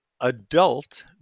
adult